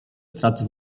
straty